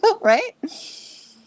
Right